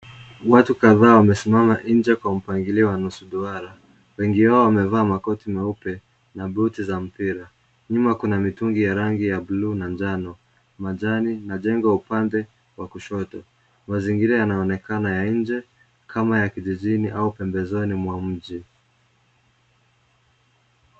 Watu kadhaa wamesimama nje kwa mpangilio wa nusu duara. Wengi wao wamevaa makoti meupe na buti za mpira. Nyuma kuna mitungi ya rangi ya buluu na njano majani na jengo upande wa kushoto. Mazingira yanaonekana ya nje kama ya kijijini au pembezoni mwa mji.